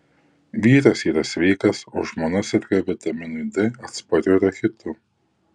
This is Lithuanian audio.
vyras yra sveikas o žmona serga vitaminui d atspariu rachitu